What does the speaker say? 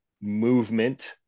movement